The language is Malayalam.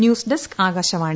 news desk Akashvani